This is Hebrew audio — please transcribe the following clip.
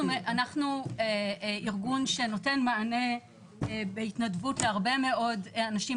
אנחנו ארגון שנותן מענה בהתנדבות להרבה מאוד אנשים.